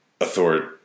authority